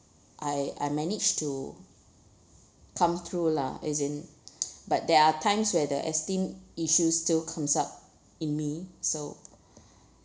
I I managed to come through lah as in but there are times where the esteem issues still comes up in me so